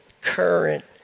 current